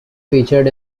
featured